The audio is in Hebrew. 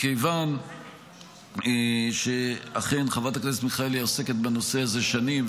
מכיוון שאכן חברת הכנסת מיכאלי עוסקת בנושא הזה שנים,